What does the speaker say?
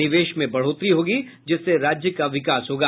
निवेश में बढ़ोतरी होगी जिससे राज्य का विकास होगा